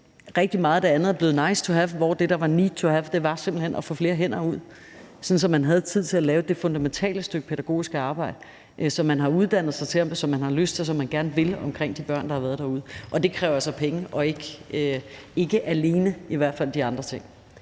rigtig meget af det andet er blevet nice to have, hvor det, der var need to have, simpelt hen var at få flere hænder ud, sådan at man havde tid til at lave det fundamentale pædagogiske arbejde, som man har uddannet sig til, som man har lyst til, og som man gerne vil i forhold til de børn, der er derude. Det kræver altså penge, i hvert fald ikke alene de andre ting.